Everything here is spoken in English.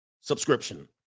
subscription